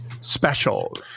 special